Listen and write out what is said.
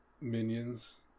minions